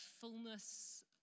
fullness